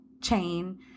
chain